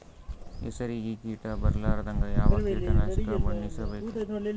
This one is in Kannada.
ಹೆಸರಿಗಿ ಕೀಟ ಬರಲಾರದಂಗ ಯಾವ ಕೀಟನಾಶಕ ಎಣ್ಣಿಬಳಸಬೇಕು?